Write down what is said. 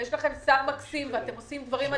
יש לכם שר מקסים ואתם עושים דברים מדהימים,